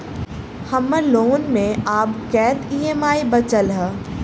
हम्मर लोन मे आब कैत ई.एम.आई बचल ह?